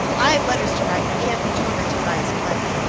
i've letters to write, and i can't be tormented by his blether,